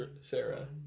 Sarah